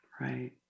right